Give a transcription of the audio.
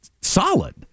solid